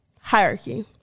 hierarchy